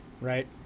Right